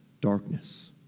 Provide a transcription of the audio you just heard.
darkness